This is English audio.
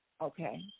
Okay